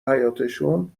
حیاطشون